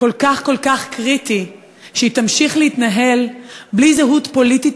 כל כך כל כך קריטי שהיא תמשיך להתנהל בלי זהות פוליטית,